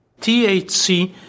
THC